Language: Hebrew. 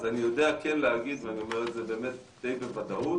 אז אני יודע כן להגיד ואני אומר את זה באמת די בוודאות,